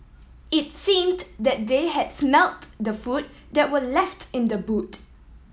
it's seemed that they had smelt the food that were left in the boot